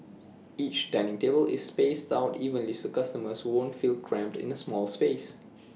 each dining table is spaced out evenly so customers won't feel cramped in A small space